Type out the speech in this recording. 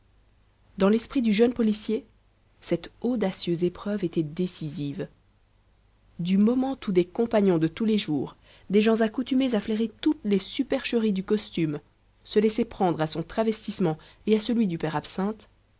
dans l'esprit du jeune policier cette audacieuse épreuve était décisive du moment où des compagnons de tous les jours des gens accoutumés à flairer toutes les supercheries du costume se laissaient prendre à son travestissement et à celui du père absinthe